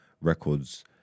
record's